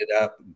up